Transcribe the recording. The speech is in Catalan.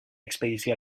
expedició